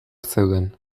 zeuden